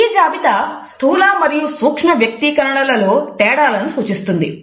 ఈ జాబితా స్థూల మరియు సూక్ష్మ వ్యక్తీకరణలలో తేడాలను సూచిస్తుంది